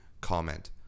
comment